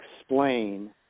explain